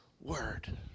word